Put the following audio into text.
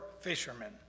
fishermen